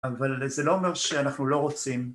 אבל זה לא אומר שאנחנו לא רוצים